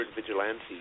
vigilantes